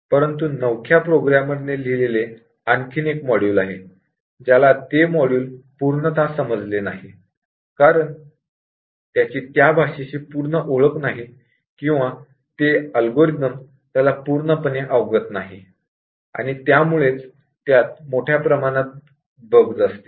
परंतु नवख्या प्रोग्रामर ने लिहिलेले आणखी एक मॉड्यूल आहे ज्याला ते मॉड्यूल पूर्णतः समजले नाही कारण त्याची त्या भाषेशी पूर्ण ओळख नाही किंवा ते अल्गोरिथम त्याला पूर्णपणे अवगत नाही आणि त्यामुळेच त्यात मोठ्या प्रमाणात बग्स असतील